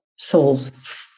Souls